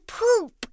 poop